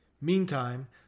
Meantime